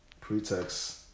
pretext